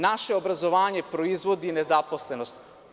Naše obrazovanje proizvodi nezaposlenost.